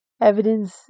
Evidence